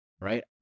right